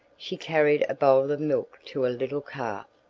she carried a bowl of milk to a little calf,